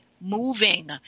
moving